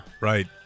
Right